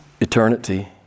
eternity